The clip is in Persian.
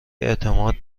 اعتماد